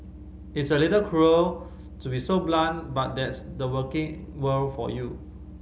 it's a little cruel to be so blunt but that's the working world for you